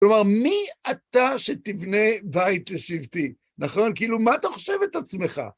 כלומר, מי אתה שתבנה בית לשבטי, נכון? כאילו, מה אתה חושב את עצמך?